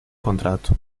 contrato